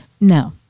No